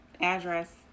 address